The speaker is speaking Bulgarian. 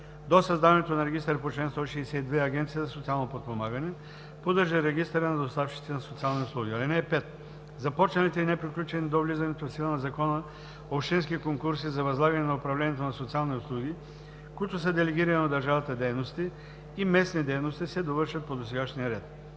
До създаването на регистъра по чл. 162 Агенцията за социално подпомагане поддържа регистъра на доставчиците на социални услуги. (5) Започналите и неприключени до влизането в сила на закона общински конкурси за възлагане на управлението на социални услуги, които са делегирани от държавата дейности и местни дейности, се довършват по досегашния ред.“